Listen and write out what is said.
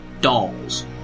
dolls